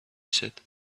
said